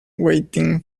waiting